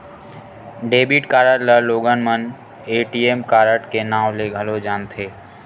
debit card ल लोगन मन ए.टी.एम कारड के नांव ले घलो जानथे